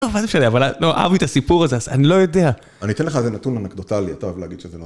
טוב, מה זה משנה? אבל לא, אהב לי את הסיפור הזה, אני לא יודע. אני אתן לך איזה נתון אנקדוטלי, אתה אוהב להגיד שזה לא...